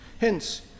Hence